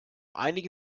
einige